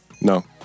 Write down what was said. No